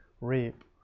reap